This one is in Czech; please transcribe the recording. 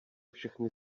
všechny